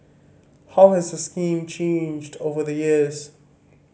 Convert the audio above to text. how has the scheme changed over the years